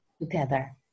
together